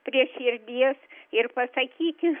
prie širdies ir pasakyti